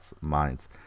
minds